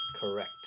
Correct